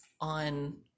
on